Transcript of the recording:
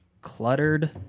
cluttered